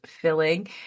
filling